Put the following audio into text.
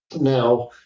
Now